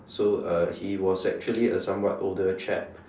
so uh he was actually a somewhat older chap